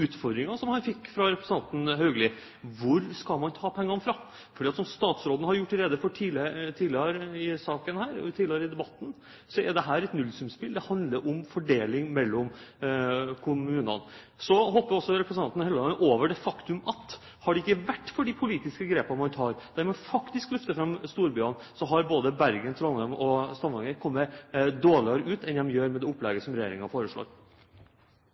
som han fikk fra representanten Haugli. Hvor skal man ta pengene fra? Som statsråden har gjort rede for tidligere i debatten, er dette et nullsumspill. Det handler om fordeling mellom kommunene. Så hopper representanten Helleland også over det faktum at hadde det ikke vært for de politiske grepene man tar, der man faktisk løfter fram storbyene, hadde både Bergen, Trondheim og Stavanger kommet dårligere ut enn de gjør med det opplegget som regjeringen foreslår.